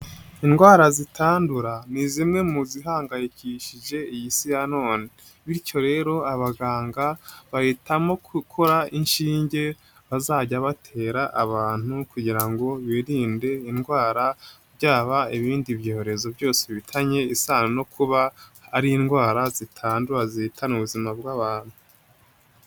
Indwara zitandura ni zimwe mu zihangayikishije iyi si ya none. Bityo rero abaganga bahitamo gukora inshinge bazajya batera abantu kugira ngo birinde indwara, byaba ibindi byorezo byose bifitanye isano no kuba ari indwara zitandura zitana ubuzima bw'abantu...